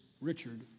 Richard